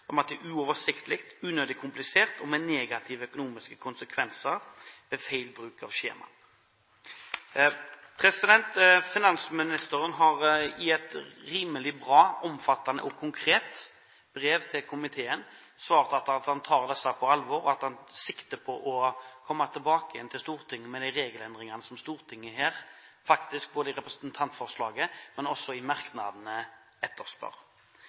regelverk berettiget oppfattes som uoversiktlig, unødvendig komplisert og med negative økonomiske konsekvenser ved feil bruk av skjema. Finansministeren har i et rimelig bra, omfattende og konkret brev til komiteen svart at han tar dette på alvor, og at han tar sikte på å komme tilbake igjen til Stortinget med de regelendringene som Stortinget faktisk etterspør ikke bare i representantforslaget, men også i merknadene.